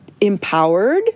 empowered